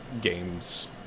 game's